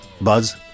buzz